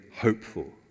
hopeful